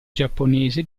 giapponese